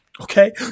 Okay